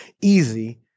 easy